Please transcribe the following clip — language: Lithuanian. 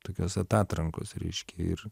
tokios atatrankos reiškia ir